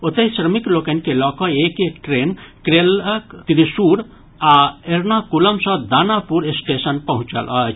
ओतहि श्रमिक लोकनि के लऽकऽ एक एक ट्रेन केरलक त्रिशुर आ एर्नाकुलम सॅ दानापुर स्टेशन पहुंचल अछि